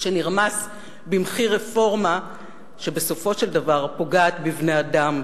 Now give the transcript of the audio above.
שנרמס במחיר רפורמה שבסופו של דבר פוגעת בבני-אדם,